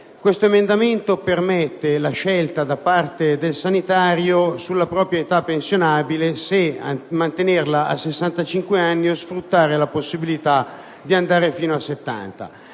questo emendamento permette al sanitario la scelta sulla propria età pensionabile: se mantenerla a 65 anni o se sfruttare la possibilità di arrivare fino a 70